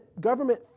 government